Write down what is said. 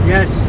Yes